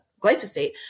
glyphosate